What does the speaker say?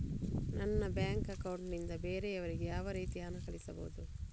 ನನ್ನ bank account ನಿಂದ ಬೇರೆಯವರಿಗೆ ಯಾವ ರೀತಿ ಹಣ ಕಳಿಸಬಹುದು?